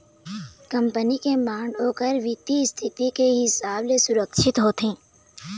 company के bond ओखर बित्तीय इस्थिति के हिसाब ले सुरक्छित होथे